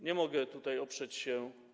Nie mogę tutaj oprzeć się.